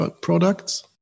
products